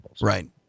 Right